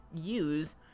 use